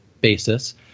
basis